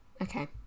Okay